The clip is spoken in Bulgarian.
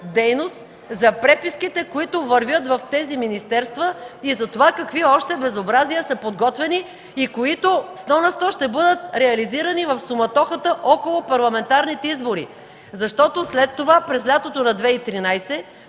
за преписките, които вървят в тези министерства и за това какви още безобразия са подготвени, които сто на сто ще бъдат реализирани в суматохата около парламентарните избори. През лятото на 2013